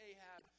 Ahab